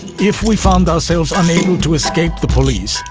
if we found ourselves unable to escape the police,